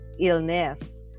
illness